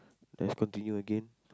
let's continue again